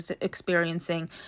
experiencing